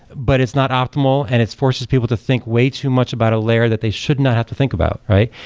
but it's not optimal and it forces people to think way too much about a layer that they should not have to think about, right?